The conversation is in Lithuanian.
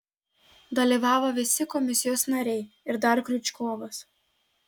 dalyvavo visi komisijos nariai ir dar kriučkovas